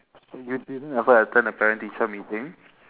oh you didn't ever attend a parent teacher meeting